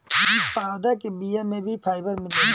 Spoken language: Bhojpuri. पौधा के बिया में भी फाइबर मिलेला